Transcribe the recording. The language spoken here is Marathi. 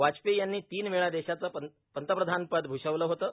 वाजपेयी यांनी तीन वेळा देशाचं पंतप्रधान पद भूषवलं होतं